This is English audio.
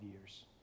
years